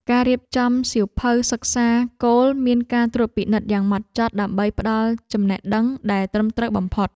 ការរៀបចំសៀវភៅសិក្សាគោលមានការត្រួតពិនិត្យយ៉ាងហ្មត់ចត់ដើម្បីផ្តល់ចំណេះដឹងដែលត្រឹមត្រូវបំផុត។